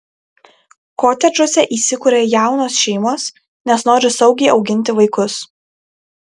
kotedžuose įsikuria jaunos šeimos nes nori saugiai auginti vaikus